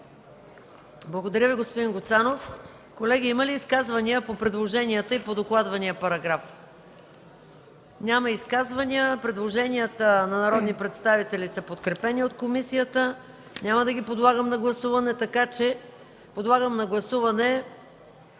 Благодаря, господин Гуцанов. Има ли изказвания по предложенията и по докладвания параграф? Няма изказвания. Предложенията на народните представители са подкрепени от комисията. Няма да ги подлагам на гласуване. Подлагам на гласуване